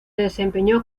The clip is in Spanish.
desempeñó